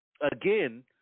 again